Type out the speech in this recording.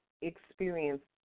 experience